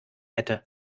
hätte